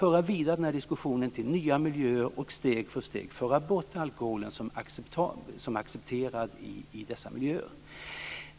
Dessa diskussioner borde föras vidare till nya miljöer, och steg för steg borde alkoholen föras bort som accepterad i dessa miljöer.